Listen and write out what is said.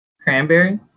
cranberry